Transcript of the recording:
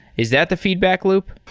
is that the feedback loop?